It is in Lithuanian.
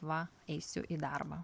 va eisiu į darbą